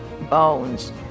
bones